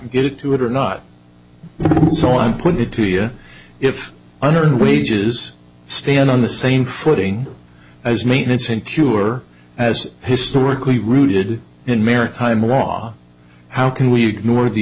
get to it or not so i put it to you if under what ages stand on the same footing as maintenance and cure as historically rooted in maritime law how can we ignore the